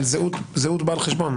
על זהות בעל חשבון,